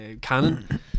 canon